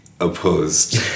opposed